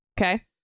Okay